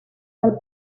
del